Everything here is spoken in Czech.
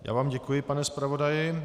Já vám děkuji, pane zpravodaji.